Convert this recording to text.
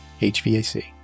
HVAC